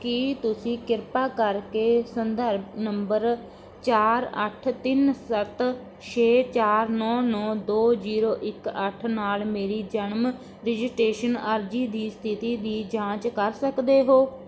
ਕੀ ਤੁਸੀਂ ਕਿਰਪਾ ਕਰਕੇ ਸੰਦਰਭ ਨੰਬਰ ਚਾਰ ਅੱਠ ਤਿੰਨ ਸੱਤ ਛੇ ਚਾਰ ਨੌ ਨੌ ਦੋ ਜ਼ੀਰੋ ਇੱਕ ਅੱਠ ਨਾਲ ਮੇਰੀ ਜਨਮ ਰਜਿਟ੍ਰੇਸ਼ਨ ਅਰਜ਼ੀ ਦੀ ਸਥਿਤੀ ਦੀ ਜਾਂਚ ਕਰ ਸਕਦੇ ਹੋ